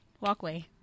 walkway